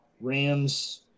Rams –